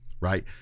right